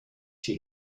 she